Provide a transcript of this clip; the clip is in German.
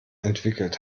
entwickelt